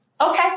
Okay